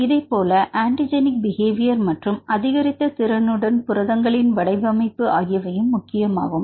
இதைப்போல antigenic behaviour மற்றும் அதிகரித்த திறனுடன் புரதங்களின் வடிவமைப்பு ஆகியவையும் முக்கியமாகும்